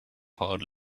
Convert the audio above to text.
her